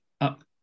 up